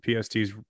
PST's